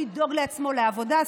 לדאוג לעצמו לעבודה?